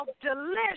delicious